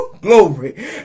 Glory